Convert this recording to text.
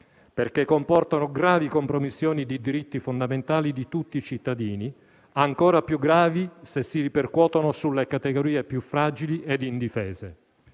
perché comportano gravi compromissioni di diritti fondamentali di tutti i cittadini, ancora più gravi se si ripercuotono sulle categorie più fragili e indifese.